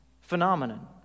phenomenon